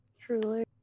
Truly